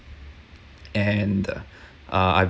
and uh I